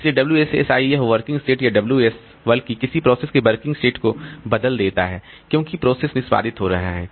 इसलिए WSSi यह working set या WS बल्कि किसी प्रोसेस के वर्किंग सेट को बदल देता है क्योंकि प्रोसेस निष्पादित हो रही है